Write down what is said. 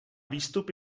výstup